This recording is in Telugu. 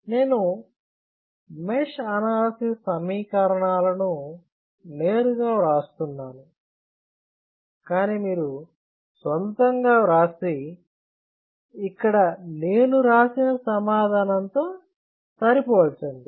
నేను మెష్ అనాలసిస్ సమీకరణాలను నేరుగా వ్రాస్తున్నాను కానీ మీరు సొంతంగా వ్రాసి ఇక్కడ నేను రాసిన సమాధానంతో సరిపోల్చండి